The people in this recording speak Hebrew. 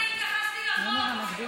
אני התייחסתי לחוק.